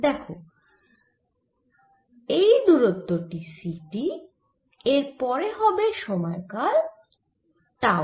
দেখো এই দূরত্ব টি c t এরপরে হবে সময়কাল টাউ